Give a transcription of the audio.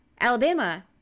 Alabama